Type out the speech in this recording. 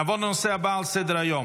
נעבור לנושא הבא על סדר-היום,